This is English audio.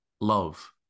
love